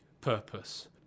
purpose